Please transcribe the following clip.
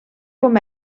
com